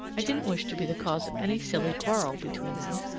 i didn't wish to be the cause of any silly quarrel between them.